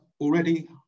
already